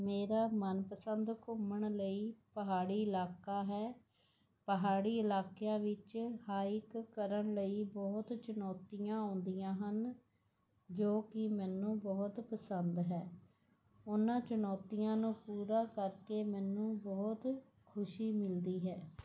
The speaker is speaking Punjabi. ਮੇਰਾ ਮਨਪਸੰਦ ਘੁੰਮਣ ਲਈ ਪਹਾੜੀ ਇਲਾਕਾ ਹੈ ਪਹਾੜੀ ਇਲਾਕਿਆਂ ਵਿੱਚ ਹਾਈਕ ਕਰਨ ਲਈ ਬਹੁਤ ਚੁਨੌਤੀਆਂ ਆਉਂਦੀਆਂ ਹਨ ਜੋ ਕਿ ਮੈਨੂੰ ਬਹੁਤ ਪਸੰਦ ਹੈ ਉਹਨਾਂ ਚੁਣੌਤੀਆਂ ਨੂੰ ਪੂਰਾ ਕਰਕੇ ਮੈਨੂੰ ਬਹੁਤ ਖੁਸ਼ੀ ਮਿਲਦੀ ਹੈ